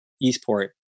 Eastport